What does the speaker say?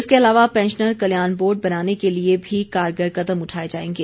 इसके अलावा पैंशनर कल्याण बोर्ड बनाने के लिए भी कारगर कदम उठाए जाएंगे